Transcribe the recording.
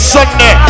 Sunday